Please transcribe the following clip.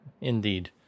indeed